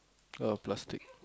oh plastic